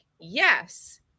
yes